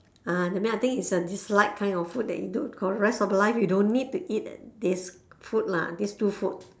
ah that means I think it's a dislike kind of food that you don't for the rest of your life you don't need to eat at these food lah these two food